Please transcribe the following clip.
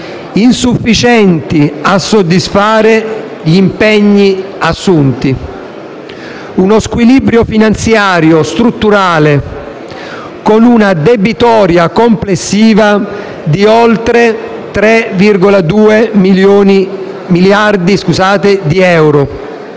insufficienti a soddisfare gli impegni assunti; uno squilibrio finanziario strutturale, con una debitoria complessiva di oltre 3,2 miliardi di euro,